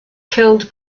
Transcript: killed